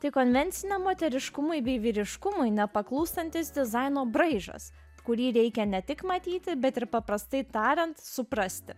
tai konvenciniam moteriškumui bei vyriškumui nepaklūstantis dizaino braižas kurį reikia ne tik matyti bet ir paprastai tariant suprasti